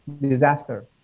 disaster